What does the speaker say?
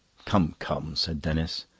come, come, said denis.